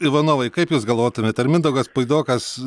ivanovai kaip jūs galvotumėt ar mindaugas puidokas